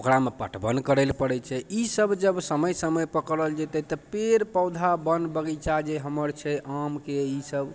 ओकरामे पटवन करैलए पड़ै छै ई सब जब समय समयपर करलऽ जेतै तऽ पेड़ पौधा बन बगीचा जे हमर छै आमके ई सब